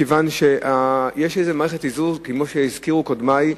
מכיוון שיש איזו מערכת איזון, כמו שהזכירו קודמי.